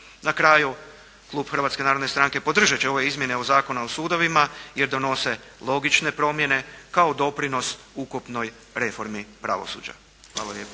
Na kraju, klub Hrvatske narodne stranke podržati će ove izmjene u Zakonu o sudovima jer donose logične promjene kao doprinos ukupnoj reformi pravosuđa. Hvala lijepo.